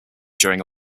during